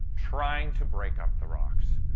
trying to break up the rocks.